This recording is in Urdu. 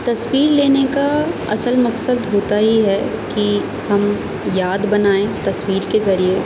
تصویر لینے کا اصل مقصد ہوتا ہی ہے کہ ہم یاد بنائیں تصویر کے ذریعے